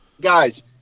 Guys